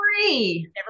Free